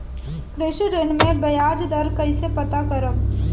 कृषि ऋण में बयाज दर कइसे पता करब?